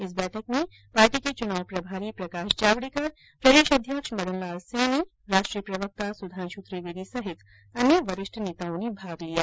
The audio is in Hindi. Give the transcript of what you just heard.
इस बैठक में पार्टी के चुनाव प्रभारी प्रकाश जावडेकर प्रदेश अध्यक्ष मदन लाल सैनी राष्ट्रीय प्रवक्ता सुधांशु त्रिवेदी सहित अन्य वरिष्ठ नेताओं ने भाग लिया